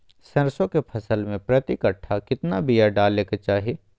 सरसों के फसल में प्रति कट्ठा कितना बिया डाले के चाही?